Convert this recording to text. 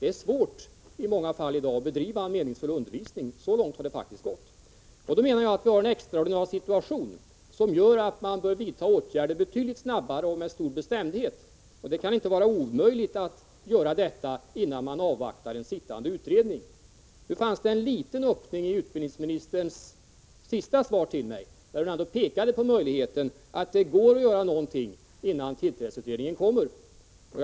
Det är nämligen i dag i många fall svårt att bedriva en meningsfull undervisning. Så långt har det faktiskt gått. Jag menar således att situationen är extraordinär och att åtgärder därför bör vidtas betydligt snabbare och med stor bestämdhet. Det kan inte vara omöjligt att sätta in åtgärder innan resultatet av den sittande utredningens arbete föreligger. Jag noterar ändå en liten öppning i utbildningsministerns senaste inlägg. Det skulle alltså finnas en möjlighet att göra någonting nu, innan tillträdesutredningens förslag föreligger.